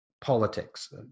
politics